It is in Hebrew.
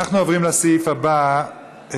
אנחנו עוברים לסעיף הבא.